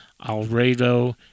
Alredo